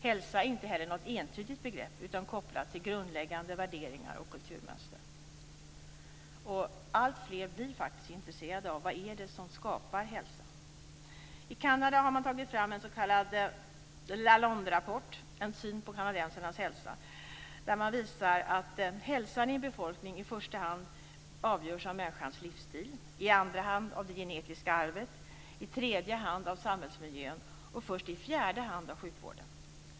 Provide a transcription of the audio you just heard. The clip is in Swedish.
Hälsa är inte heller något entydigt begrepp utan är kopplat till grundläggande värderingar och kulturmönster. Alltfler blir intresserade av vad det är som skapar hälsa. I Kanada har man tagit fram en s.k. la landerapport om kanadensarnas syn på hälsan. Där visar man att hälsan i befolkningen i första hand avgörs av människans livsstil, i andra hand av det genetiska arvet, i tredje hand av samhällsmiljön och först i fjärde hand av sjukvården.